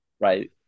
right